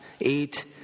eight